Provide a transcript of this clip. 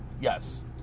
Yes